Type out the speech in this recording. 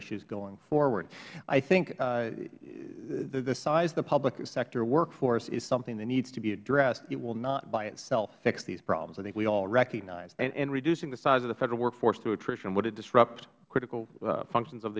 issues going forward i think the size of the public sector workforce is something that needs to be addressed it will not by itself fix these problems i think we all recognize that mister ross and reducing the size of the federal workforce through attrition would it disrupt critical functions of